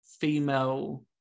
female